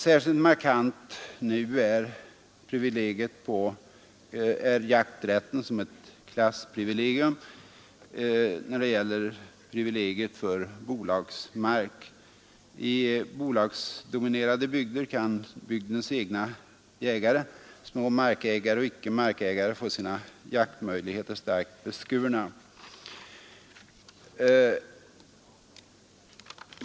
Särskilt markant som klassprivilegium är jakträtten nu när det gäller privilegiet för bolagsmark. I bolagsdominerade bygder kan bygdens egna jägare — ägare av små markområden och icke markägare — få sina jaktmöjligheter starkt beskurna.